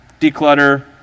Declutter